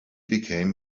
became